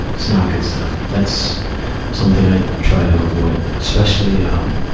it's not good stuff. that's something i try to avoid. especially, um,